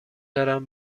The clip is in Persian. دارند